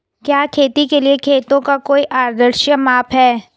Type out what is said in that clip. क्या खेती के लिए खेतों का कोई आदर्श माप है?